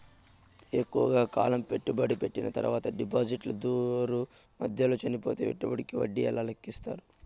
ఎక్కువగా కాలం పెట్టుబడి పెట్టిన తర్వాత డిపాజిట్లు దారు మధ్యలో చనిపోతే పెట్టుబడికి వడ్డీ ఎలా లెక్కిస్తారు?